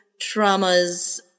traumas